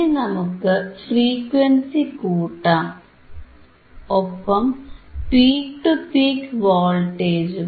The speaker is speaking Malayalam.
ഇനി നമുക്ക് ഫ്രീക്വൻസി കൂട്ടാം ഒപ്പം പീക് ടു പീക് വോൾട്ടേജും